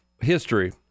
history